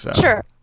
Sure